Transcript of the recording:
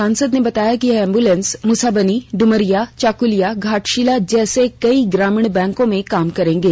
सांसद ने बताया कि यह एंबुलेंस मुसाबनी डुमरिया चाकुलिया घाटशिला जैसे कई ग्रामीण क्षेत्रों में काम करेंगे